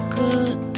good